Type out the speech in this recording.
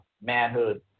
manhood